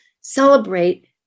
celebrate